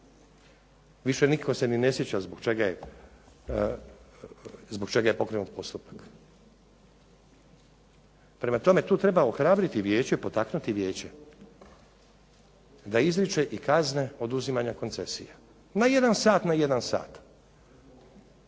više se nitko ne sjeća zbog čega je pokrenuti postupak. Dakle, tu treba ohrabriti i potaknuti Vijeće da izriče i kazne oduzimanja koncesije, na jedan sat, na jedan sat.